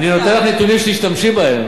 אני נותן לך נתונים שתשתמשי בהם,